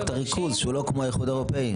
את הריכוז שהוא לא כמו האיחוד האירופי.